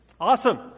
Awesome